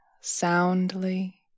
soundly